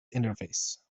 interface